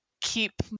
keep